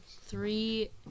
three